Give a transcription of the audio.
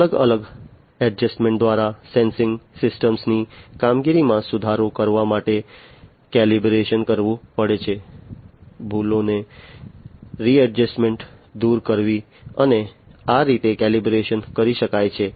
અલગ અલગ એડજસ્ટમેન્ટ દ્વારા સેન્સિંગ સિસ્ટમની કામગીરીમાં સુધારો કરવા માટે કેલિબ્રેશન કરવું પડે છે ભૂલોને રીડજસ્ટમેન્ટ દૂર કરવી અને આ રીતે કેલિબ્રેશન કરી શકાય છે